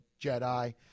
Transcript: Jedi